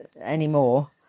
anymore